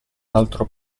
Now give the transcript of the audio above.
altro